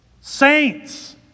saints